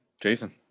Jason